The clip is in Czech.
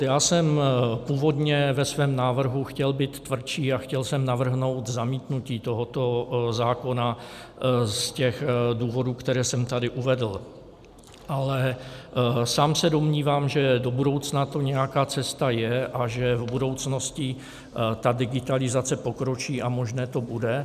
Já jsem původně ve svém návrhu chtěl být tvrdší a chtěl jsem navrhnout zamítnutí tohoto zákona z těch důvodů, které jsem tady uvedl, ale sám se domnívám, že do budoucna to nějaká cesta je a že v budoucnosti digitalizace pokročí a možné to bude.